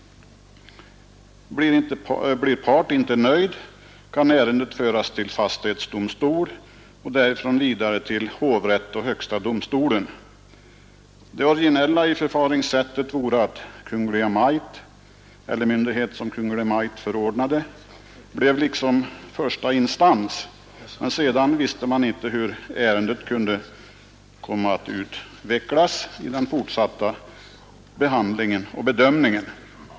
Blir part inte nöjd, kan ärendet föras till fastighetsdomstol och därifrån vidare till hovrätt och högsta domstolen. Det originella i förfaringssättet vore att Kungl. Maj:t, eller myndighet som Kungl. Maj:t förordnade, liksom bleve första instans, men sedan visste man inte hur ärendet kunde komma att utvecklas i den fortsatta behandlingen och bedömningen.